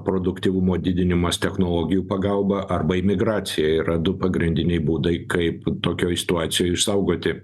produktyvumo didinimas technologijų pagalba arba imigracija yra du pagrindiniai būdai kaip tokioj situacijoj išsaugoti